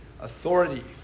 authority